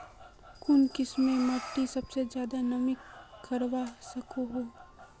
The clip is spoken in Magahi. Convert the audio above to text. कुन किस्मेर माटी सबसे ज्यादा नमी रखवा सको हो?